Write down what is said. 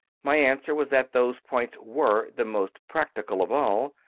my answer was that those points were the most practical of all,